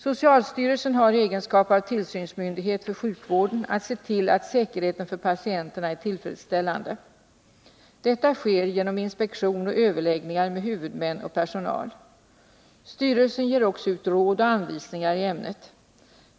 Socialstyrelsen har i egenskap av tillsynsmyndighet för sjukvården att se till att säkerheten för patienterna är tillfredsställande. Detta sker genom inspektion och överläggningar med huvudmän och personal. Styrelsen ger också ut råd och anvisningar i ämnet.